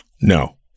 No